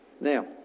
Now